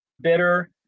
bitter